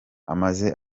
amaze